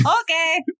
Okay